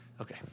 okay